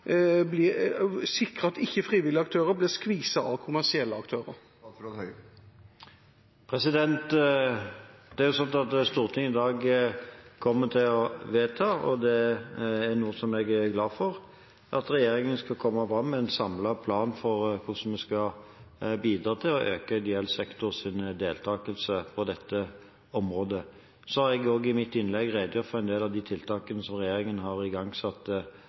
ikke blir skviset av kommersielle aktører? Stortinget kommer i dag til å vedta – og det er jeg glad for – at regjeringen skal komme med en samlet plan for hvordan vi skal bidra til å øke ideell sektors deltagelse på dette området. Jeg har i mitt innlegg redegjort for en del av de tiltakene som regjeringen har igangsatt